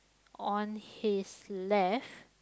on his left